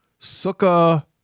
Sukkah